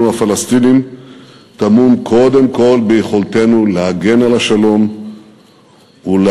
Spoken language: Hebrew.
הפלסטינים טמון קודם כול ביכולתנו להגן על השלום ולהגן